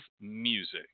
music